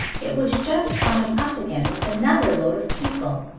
it was just coming up again with another load of people.